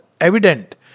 evident